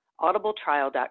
audibletrial.com